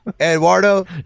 Eduardo